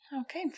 Okay